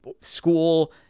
school